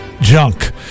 junk